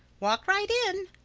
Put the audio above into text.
walk right in.